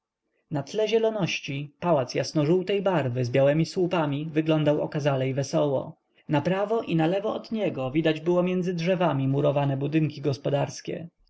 na tle zieloności pałac jasnożółtej barwy z białemi słupami wyglądał okazale i wesoło naprawo i nalewo od niego widać było między drzewami murowane budynki gospodarskie